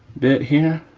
bit here.